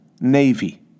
Navy